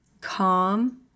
calm